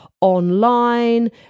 online